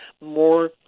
more